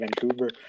Vancouver